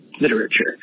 literature